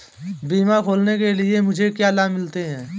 बीमा खोलने के लिए मुझे क्या लाभ मिलते हैं?